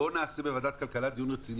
בואו נעשה בוועדת הכלכלה דיון רציני,